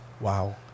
Wow